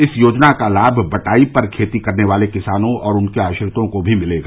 इस योजना का लाभ बंटाई पर खेती करने वाले किसानों और उनके आश्रितों को भी मिलेगा